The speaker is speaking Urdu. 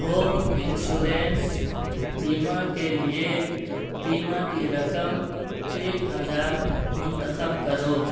ہوم انشورنس بیمہ کے لیے بیمہ کی رقم ایک ہزار منتخب کرو